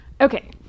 Okay